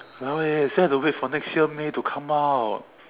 !walao! eh you still have to wait for next year may to come out